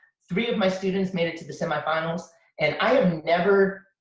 three of my students made it to the semi-finals and i have never,